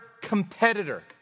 competitor